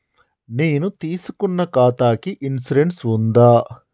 నేను తీసుకున్న ఖాతాకి ఇన్సూరెన్స్ ఉందా?